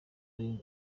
ari